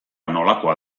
nolakoa